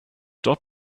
dort